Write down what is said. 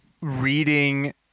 reading